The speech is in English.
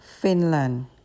Finland